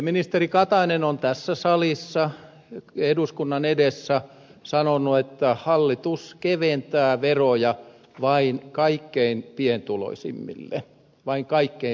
ministeri katainen on tässä salissa eduskunnan edessä sanonut että hallitus keventää veroja vain kaikkein pientuloisimmille vain kaikkein pientuloisimmille